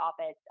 office